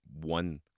One